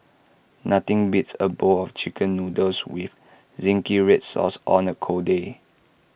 nothing beats A bowl of Chicken Noodles with Zingy Red Sauce on A cold day